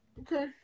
Okay